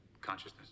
consciousness